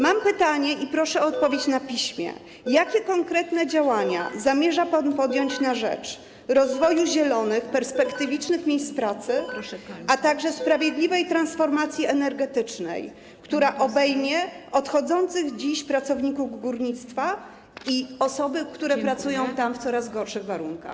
Mam pytanie i proszę o odpowiedź na piśmie: Jakie konkretne działania zamierza pan podjąć na rzecz rozwoju zielonych, perspektywicznych miejsc pracy, a także sprawiedliwej transformacji energetycznej, która obejmie odchodzących dziś pracowników górnictwa i osoby, które pracują tam w coraz gorszych warunkach?